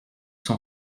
sont